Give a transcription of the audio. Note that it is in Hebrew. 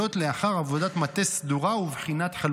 לאחר עבודת מטה סדורה ובחינת חלופות.